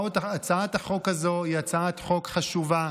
הצעת החוק הזאת היא הצעת חוק חשובה.